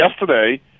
Yesterday